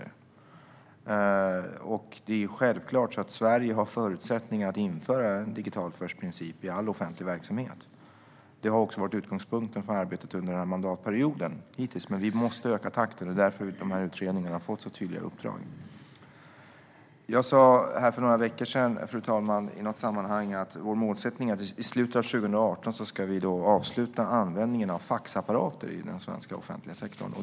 Sverige har självklart förutsättningar att införa principen digitalt först i all offentlig verksamhet. Det har också varit utgångspunkten för arbetet under denna mandatperiod, men vi måste öka takten. Det är därför som dessa utredningar har fått så tydliga uppdrag. Fru ålderspresident! Jag sa för några veckor sedan i något sammanhang att vår målsättning är att vi i slutet av 2018 ska sluta använda faxapparater i den svenska offentliga sektorn.